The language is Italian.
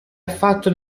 affatto